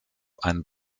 ein